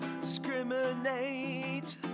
discriminate